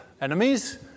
enemies